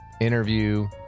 interview